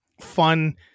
fun